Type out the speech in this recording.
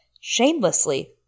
Shamelessly